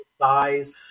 size